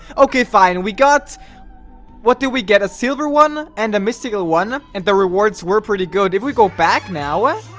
okay fine. we got what did we get a silver one and a mystical one and the rewards were pretty good if we go back now well?